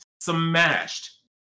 smashed